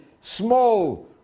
small